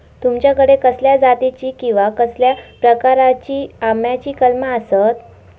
तुमच्याकडे कसल्या जातीची किवा कसल्या प्रकाराची आम्याची कलमा आसत?